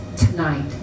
tonight